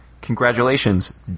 congratulations